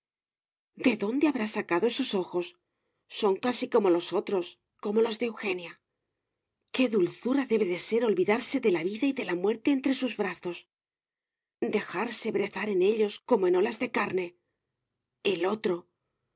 de dónde habrá sacado esos ojos son casi como los otros como los de eugenia qué dulzura debe de ser olvidarse de la vida y de la muerte entre sus brazos dejarse brezar en ellos como en olas de carne el otro